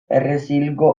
errezilgo